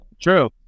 True